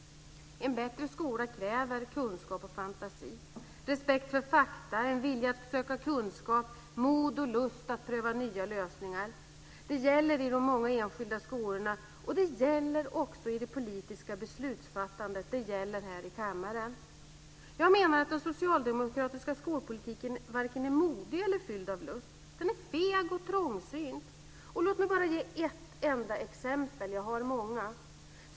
En bättre skola kräver kunskap och fantasi, respekt för fakta, en vilja att söka kunskap, mod och lust att pröva nya lösningar. Det gäller i de många enskilda skolorna, det gäller också i det politiska beslutsfattandet och det gäller här i kammaren. Jag menar att den socialdemokratiska skolpolitiken är varken modig eller fylld av lust. Den är feg och trångsynt. Låt mig ge bara ett enda exempel - jag har många.